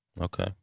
Okay